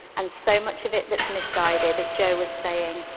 and so much of it that's misguided, as jo was saying.